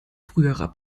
früherer